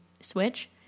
switch